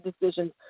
decisions